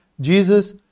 Jesus